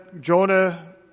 Jonah